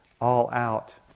all-out